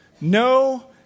no